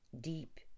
deep